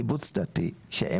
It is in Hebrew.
קיבוץ דתי,